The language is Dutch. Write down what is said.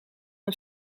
een